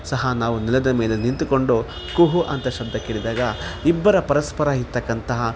ಸಹ ನಾವು ನೆಲದ ಮೇಲೆ ನಿಂತುಕೊಂಡು ಕುಹೂ ಅಂತ ಶಬ್ದ ಕೇಳಿದಾಗ ಇಬ್ಬರ ಪರಸ್ಪರ ಇರ್ತಕ್ಕಂತಹ